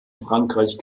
frankreich